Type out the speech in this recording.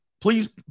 Please